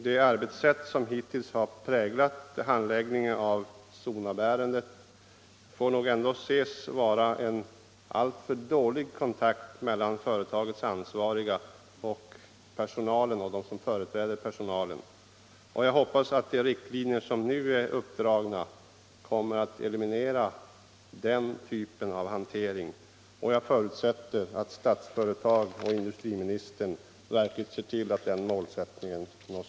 Det arbetssätt som hittills har präglat handläggningen av Sonabärendet får nog ändå anses ha inneburit en alltför dålig kontakt mellan företagets ansvariga och personalen och dess företrädare. Jag hoppas att de riktlinjer som nu är uppdragna kommer att eliminera den typen av hantering och jag förutsätter att Statsföretag och industriministern verkligen ser till att det målet nås.